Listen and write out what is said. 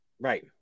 right